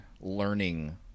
learning